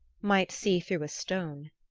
might see through a stone.